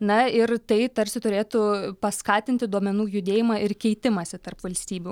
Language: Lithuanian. na ir tai tarsi turėtų paskatinti duomenų judėjimą ir keitimąsi tarp valstybių